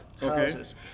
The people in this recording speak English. houses